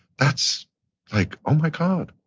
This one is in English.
that's like, oh my god.